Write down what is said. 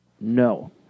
No